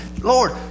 Lord